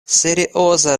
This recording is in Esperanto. serioza